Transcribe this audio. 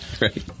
right